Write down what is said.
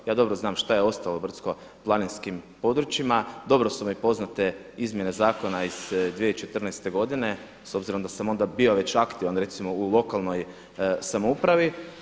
Ja dobro znam šta je ostalo brdsko-planinskim područjima, dobro su mi poznate izmjene zakona iz 2014. godine s obzirom da sam već bio aktivan recimo u lokalnoj samoupravi.